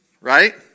right